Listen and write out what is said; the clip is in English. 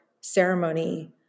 ceremony